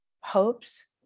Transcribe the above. hopes